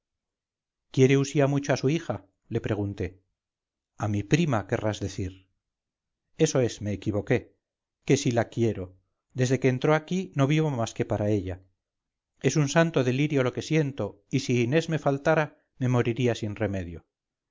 quiere usía mucho a su hija le pregunté a mi prima querrás decir eso es me equivoqué que si la quiero desde que entró aquí no vivo más que para ella es un santo delirio lo que siento y si inés me faltara me moriría sin remedio